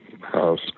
house